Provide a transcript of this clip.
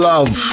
Love